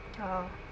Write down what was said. oh